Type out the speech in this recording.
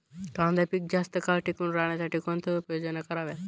कांदा पीक जास्त काळ टिकून राहण्यासाठी कोणत्या उपाययोजना कराव्यात?